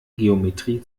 geometrie